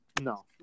No